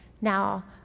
Now